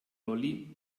lolli